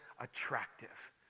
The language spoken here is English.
attractive